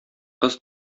кыз